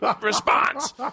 response